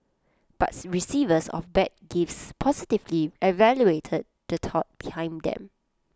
but receivers of bad gifts positively evaluated the thought behind them